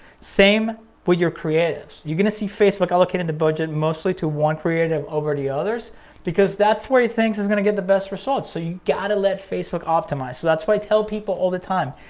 same with your creatives. you're gonna see facebook allocating the budget mostly to one creative over the others because that's where he thinks is gonna get the best results. so you gotta let facebook optimize. so that's why i tell people all the time,